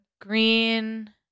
green